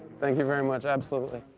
thank you very much. absolutely.